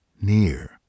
near